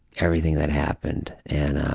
everything that happened. and